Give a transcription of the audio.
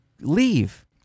Leave